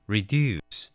Reduce